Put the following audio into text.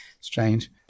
strange